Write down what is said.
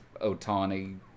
Otani